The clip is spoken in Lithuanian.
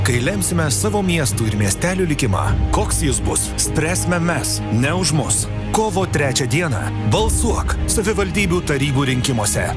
kai lemsime savo miestų ir miestelių likimą koks jis bus spręsime mes ne už mus kovo trečią dieną balsuok savivaldybių tarybų rinkimuose